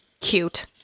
cute